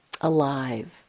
alive